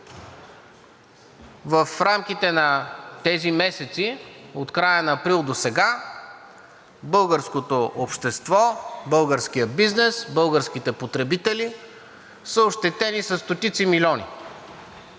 В рамките на тези месеци – от края на април досега, българското общество, българският бизнес, българските потребители са ощетени със стотици милиони.